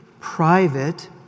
private